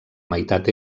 meitat